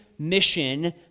mission